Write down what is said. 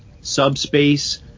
subspace